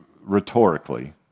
rhetorically